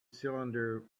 cylinder